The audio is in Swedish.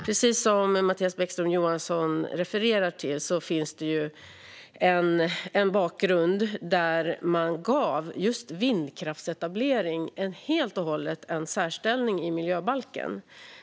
Precis som Mattias Bäckström Johansson refererar till finns det en bakgrund där man gav just vindkraftsetablering en unik särställning i miljöbalken.